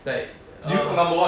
like err